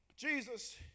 Jesus